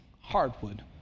hardwood